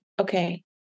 Okay